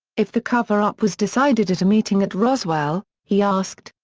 if the cover-up was decided at a meeting at roswell, he asked,